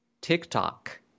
TikTok